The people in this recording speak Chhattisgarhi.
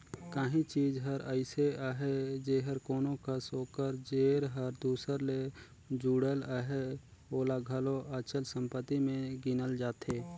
काहीं चीज हर अइसे अहे जेहर कोनो कस ओकर जेर हर दूसर ले जुड़ल अहे ओला घलो अचल संपत्ति में गिनल जाथे